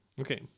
Okay